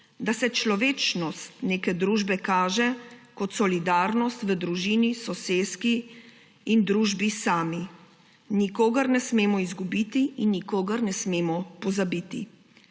da se človečnost neke družbe kaže kot solidarnost v družini, soseski in družbi sami. Nikogar ne smemo izgubiti in nikogar ne smemo pozabiti.